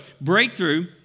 breakthrough